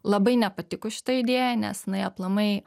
labai nepatiko šita idėja nes jinai aplamai